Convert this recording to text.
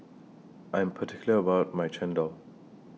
I Am particular about My Chendol